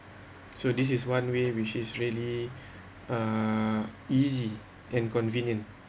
so this is one way which is really uh easy and convenient